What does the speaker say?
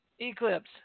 eclipse